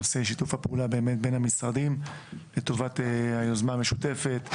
נושא שיתוף הפעולה באמת בין המשרדים לטובת היוזמה המשותפת,